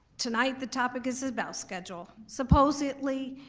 tonight the topic is about schedule. supposedly,